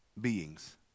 beings